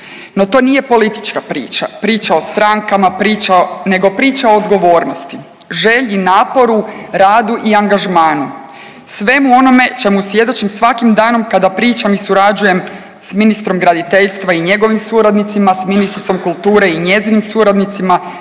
No to nije politička priča, priča o strankama, priča, nego priča o odgovornosti, želji, naporu, radu i angažmanu, svemu onome čemu svjedočim svakim danom kada pričam i surađujem s ministrom graditeljstva i njegovim suradnicima, s ministricom kulture i njezinim suradnicima,